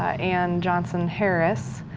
anne johnson harris,